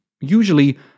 Usually